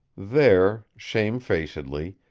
there, shamefacedly,